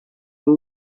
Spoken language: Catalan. amb